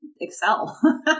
Excel